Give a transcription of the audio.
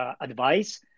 advice